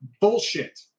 bullshit